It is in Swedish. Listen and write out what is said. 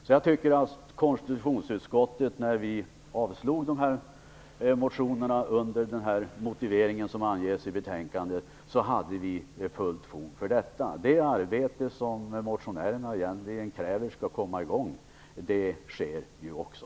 Jag menar därför att konstitutionsutskottet helt och fullt hade fog för att avstyrka motionerna med den motivering som anges i betänkandet. Det arbete som motionärerna egentligen kräver skall komma i gång sker ju också.